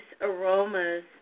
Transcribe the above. aromas